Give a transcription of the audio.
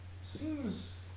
seems